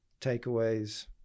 takeaways